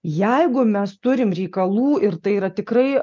jeigu mes turim reikalų ir tai yra tikrai